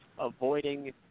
avoiding